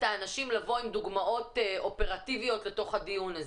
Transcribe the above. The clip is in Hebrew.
האנשים לבוא עם דוגמאות אופרטיביות לתוך הדיון הזה.